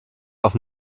auf